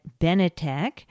Benetech